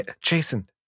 Jason